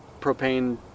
propane